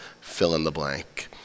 fill-in-the-blank